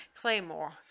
Claymore